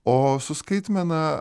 o su skaitmena